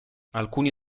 alcuni